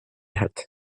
hat